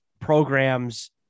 programs